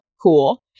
Cool